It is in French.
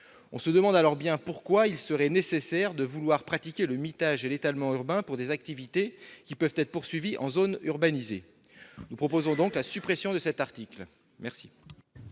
On se demande pourquoi il serait nécessaire de pratiquer le mitage et l'étalement urbains pour des activités qui peuvent être poursuivies en zone urbanisée. Nous proposons donc la suppression de cet article. La